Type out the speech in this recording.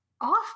off